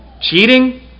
cheating